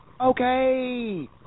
Okay